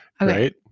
Right